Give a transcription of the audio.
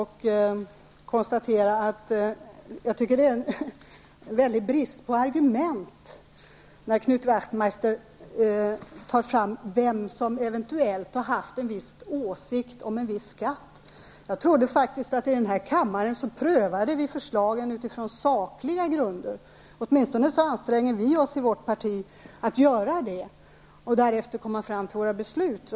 Herr talman! Jag tycker att det tyder på en stor brist på argument när Knut Wacthmeister uppehåller sig vid vem som eventuellt har haft en viss åsikt om en viss skatt. Jag trodde faktiskt att vi här i kammaren prövade förslagen på sakliga grunder. Åtminstone anstränger vi oss i vårt parti att göra det för att därefter komma fram till våra beslut.